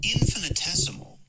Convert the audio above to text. infinitesimal